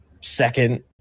second